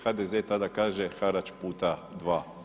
HDZ-e tada kaže – harač puta dva.